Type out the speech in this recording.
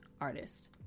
artist